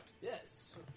Yes